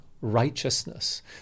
righteousness